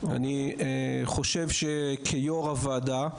אני חושב שכיושב-ראש הוועדה,